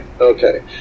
okay